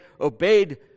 obeyed